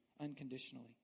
unconditionally